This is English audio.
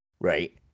Right